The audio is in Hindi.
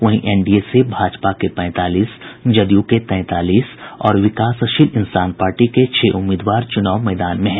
वहीं एनडीए से भाजपा के पैंतालीस जदयू के तैंतालीस और विकासशील इंसान पार्टी के छह उम्मीदवार चुनाव मैदान में हैं